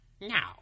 Now